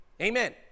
Amen